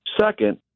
Second